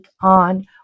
on